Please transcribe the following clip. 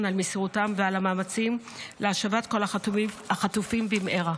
על מסירותם ועל המאמצים להשבת כל החטופים במהרה.